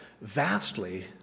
vastly